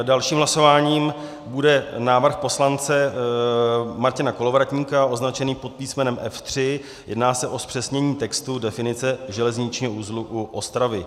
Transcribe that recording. Dalším hlasováním bude návrh poslance Martina Kolovratníka označený pod písmenem F3, jedná se o zpřesnění textu definice železničního uzlu u Ostravy.